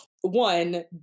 One